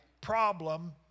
problem